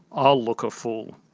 i'll look a fool.